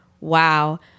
wow